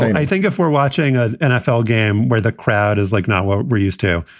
i think if we're watching a nfl game where the crowd is like not what we're used to,